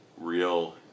real